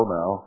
now